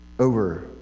over